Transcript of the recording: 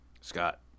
Scott